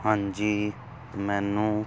ਹਾਂਜੀ ਮੈਨੂੰ